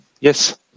Yes